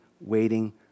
waiting